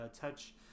touch